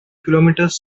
kilometres